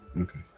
Okay